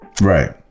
Right